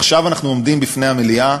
עכשיו אנחנו עומדים בפני המליאה